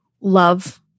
love